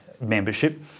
membership